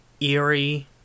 eerie